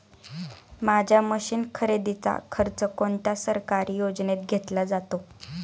माझ्या मशीन खरेदीचा खर्च कोणत्या सरकारी योजनेत घेतला जातो?